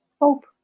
hope